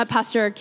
Pastor